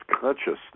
consciousness